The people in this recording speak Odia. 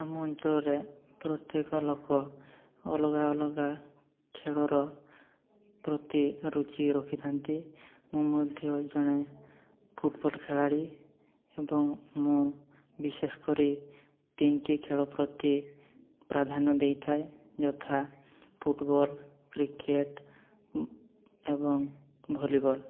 ଆମ ଅଞ୍ଚଳରେ ପ୍ରତ୍ୟେକ ଲୋକ ଅଲଗା ଅଲଗା ଖେଳର ପ୍ରତି ରୁଚି ରଖିଥାନ୍ତି ମୁଁ ମଧ୍ୟ ଜଣେ ଫୁଟବଲ୍ ଖେଳାଳି ଏବଂ ମୁଁ ବିଶେଷ କରି ତିନୋଟି ଖେଳ ପ୍ରତି ପ୍ରାଧାନ୍ୟ ଦେଇଥାଏ ଯଥା ଫୁଟବଲ୍ କ୍ରିକେଟ୍ ଏବଂ ଭଲିବଲ୍